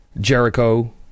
jericho